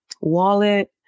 wallet